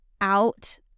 out